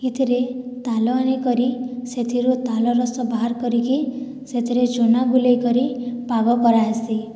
ଏଥିରେ ତାଲ ଆଣିକରି ସେଥିରୁ ତାଲ ରସ ବାହାର କରିକି ସେଥିରେ ଚୁନା ଗୁଲେଇକରି ପାଗ କରାହେସି